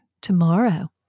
Tomorrow